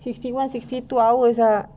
sixty one sixty two hours ah